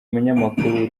munyamakuru